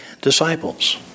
disciples